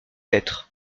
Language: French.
être